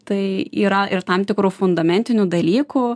tai yra ir tam tikrų fundamentinių dalykų